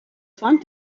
font